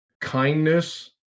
kindness